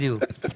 בדיוק.